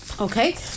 Okay